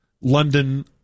London